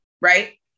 right